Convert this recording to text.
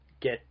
get